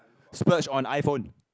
splurge on iPhone